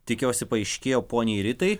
tikiuosi paaiškėjo poniai ritai